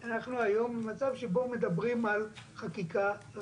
האם כשבגיר בן 18 מתגייס לצבא צריכים לאמת אותו עם שאלה ספציפית כזאת,